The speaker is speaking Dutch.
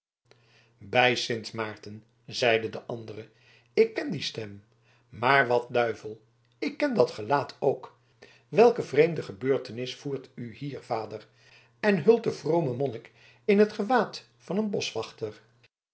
bij sint maarten zeide de andere ik ken die stem maar wat duivel ik ken dat gelaat ook welke vreemde gebeurtenis voert u hier vader en hult den vromen monnik in het gewaad van een boschwachter